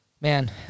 Man